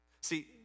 See